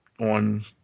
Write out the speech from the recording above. on